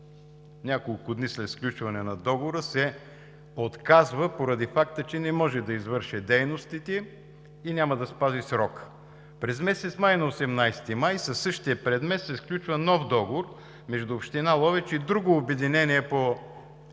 Няколко дни след сключване на договора изпълнителят се отказва поради факта, че не може да извърши дейностите и няма да спази срока. На 18 май със същия предмет се сключва нов договор между Община Ловеч и друго обединение по